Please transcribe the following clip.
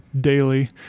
daily